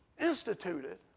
instituted